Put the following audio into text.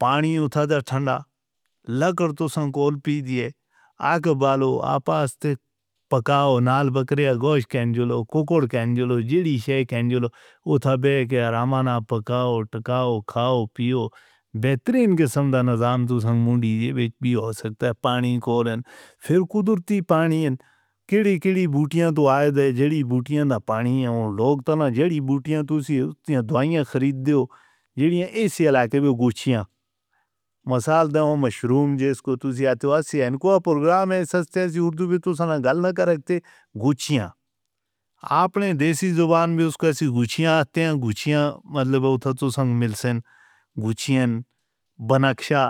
پانی اتھا دا ٹھندہ لگ کر دو سن کو پیتیے۔ آگ بالا آپہ استے پکاو نال بکریہ گوشت کہنجلو، کوکڑ کہنجلو، جیڑی شے کہنجلو، اتھا بے کے آرامانہ پکاو ٹکاو کھاؤ پیو۔ بہترین قسم دا نظام تسنگھ مودیجے وچھ بھی ہو سکتا ہے۔ پانی کول این پھر قدرتی پانی این کڑی کڑی بوٹیاں تو آئے دے، جیڑی بوٹیاں دا پانی ہے۔ لوگ تانہ جیڑی بوٹیاں توسیہ اس تیان دوائیاں خرید دے ہو، جیڑی این اس علاقے وچھ گچیاں مسال داون مشروم۔ جس کو تسیاں توسیہ توسیہ این کو پروگرام ہے سستے، اسی اردو بھی توسانا گل نہ کرکتے۔ گچیاں آپ نے دیسی زبان بھی اس کو ایسی گچیاں اتیاں گچیاں مطلب اتھا توسان مل سیں۔ گچیاں بنکشہ